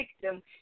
victim